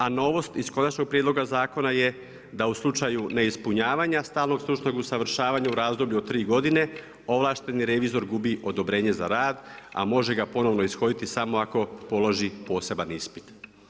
A novost iz Konačnog prijedloga zakona je da u slučaju neispunjavanja stalnog stručnog usavršavanja u razdoblju od tri godine ovlašteni revizor gubi odobrenje za rad, a može ga ponovno ishoditi samo ako položi poseban ispit.